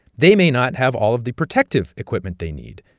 they may not have all of the protective equipment they need.